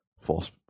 false